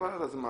חבל על הזמן